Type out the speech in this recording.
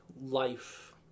life